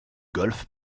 golfe